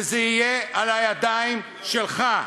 וזה יהיה על הידיים שלך.